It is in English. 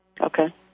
Okay